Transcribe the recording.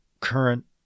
current